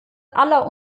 aller